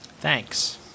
Thanks